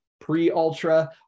pre-Ultra